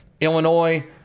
Illinois